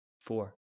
four